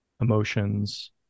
emotions